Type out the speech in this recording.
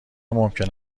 ممکن